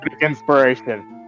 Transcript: inspiration